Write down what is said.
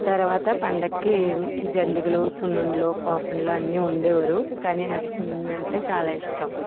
తరువాత పండుగకి జంతికలు సున్నుండలు పాకుండలు అన్నీ వండేవారు కానీ నాకు సున్నుండలు అంటే చాలా ఇష్టం